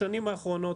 בשנים האחרונות